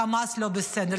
חמאס לא בסדר.